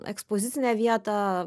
ekspozicinę vietą